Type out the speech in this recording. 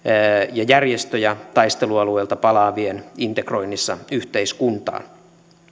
ja järjestöjä taistelualueilta palaavien integroinnissa yhteiskuntaan